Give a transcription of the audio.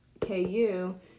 KU